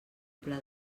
pla